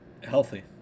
healthy